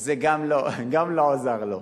זה גם לא, גם לא עזר לו.